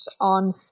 on